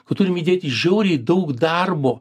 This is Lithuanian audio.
kad turim įdėti žiauriai daug darbo